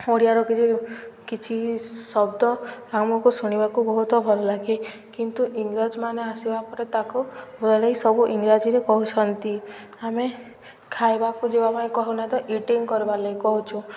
ଓଡ଼ିଆର କିଛି କିଛି ଶବ୍ଦ ଆମକୁ ଶୁଣିବାକୁ ବହୁତ ଭଲ ଲାଗେ କିନ୍ତୁ ଇଂରେଜମାନେ ଆସିବା ପରେ ତାକୁ ବଦଳେଇ ସବୁ ଇଂରାଜୀରେ କହୁଛନ୍ତି ଆମେ ଖାଇବାକୁ ଯିବା ପାଇଁ କହୁନା ତ ଇଟିଂ କରିବାର ଲାଗି କହୁଛୁ